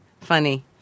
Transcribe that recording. funny